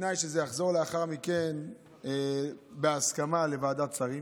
בתנאי שזה יחזור לאחר מכן בהסכמה לוועדת שרים.